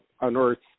unearthed